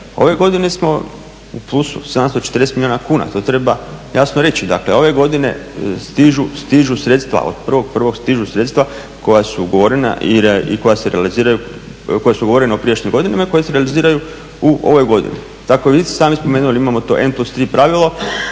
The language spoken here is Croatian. Ove godine smo u plusu 740 milijuna kuna. To treba jasno reći. Dakle, ove godine stižu sredstva. Od 1.1. stižu sredstva koja su ugovorena i koja se realiziraju, koja su ugovorena u prijašnjim godinama i koja se realiziraju u ovoj godini. Dakle, vi ste sami spomenuli imamo to N+3 pravilo,